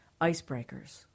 Icebreakers